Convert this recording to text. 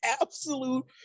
absolute